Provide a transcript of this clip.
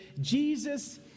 Jesus